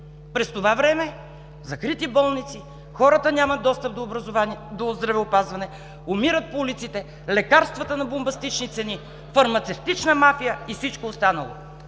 През това време закрити болници, хората нямат достъп до здравеопазване, умират по улиците, лекарствата – на бомбастични цени (шум и реплики от ГЕРБ), фармацевтична мафия и всичко останало.